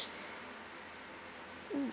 mm